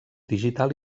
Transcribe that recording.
digital